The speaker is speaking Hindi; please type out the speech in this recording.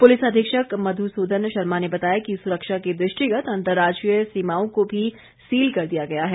पुलिस अधीक्षक मधुसूदन शर्मा ने बताया कि सुरक्षा के दृष्टिगत अंजर्राज्यीय सीमाओं को भी सील कर दिया गया है